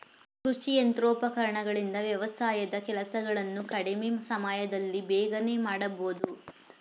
ಕೃಷಿ ಯಂತ್ರೋಪಕರಣಗಳಿಂದ ವ್ಯವಸಾಯದ ಕೆಲಸಗಳನ್ನು ಕಡಿಮೆ ಸಮಯದಲ್ಲಿ ಬೇಗನೆ ಮಾಡಬೋದು